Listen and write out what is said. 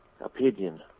opinion